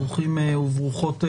ברוכים וברוכות הבאות.